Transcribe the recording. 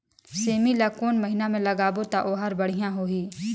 सेमी ला कोन महीना मा लगाबो ता ओहार बढ़िया होही?